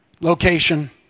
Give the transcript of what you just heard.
location